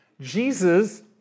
Jesus